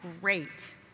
great